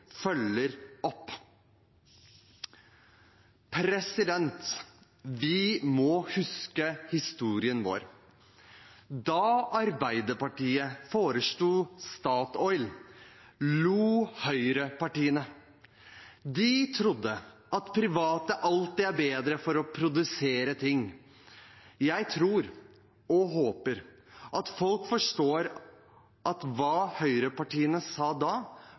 følger opp. Vi må huske historien vår. Da Arbeiderpartiet foreslo Statoil, lo høyrepartiene. De trodde at private alltid er bedre til å produsere ting. Jeg tror og håper folk forstår at hva høyrepartiene sa da,